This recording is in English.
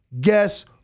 guess